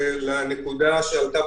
לאמת.